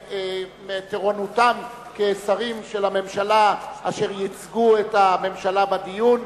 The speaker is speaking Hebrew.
מתורנותם כשרים של הממשלה אשר ייצגו את הממשלה בדיון,